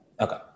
okay